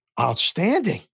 Outstanding